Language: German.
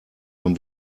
dann